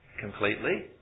completely